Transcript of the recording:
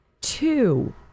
two